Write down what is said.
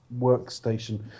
workstation